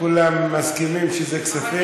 כולם מסכימים שזה כספים?